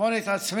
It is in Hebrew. לבחון את עצמנו,